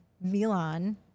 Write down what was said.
Milan